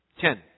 Ten